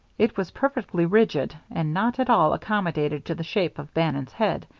it was perfectly rigid, and not at all accommodated to the shape of bannon's head.